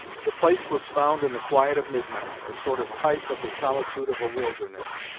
the place was found in the quiet of midnight, a sort of type of the solitude of a wilderness.